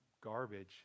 garbage